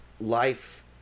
life